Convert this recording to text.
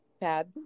bad